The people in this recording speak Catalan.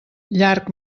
llarg